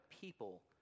people